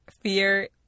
fear